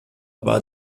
war